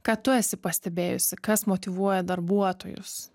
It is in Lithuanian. ką tu esi pastebėjusi kas motyvuoja darbuotojus